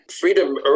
Freedom